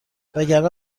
وگرنه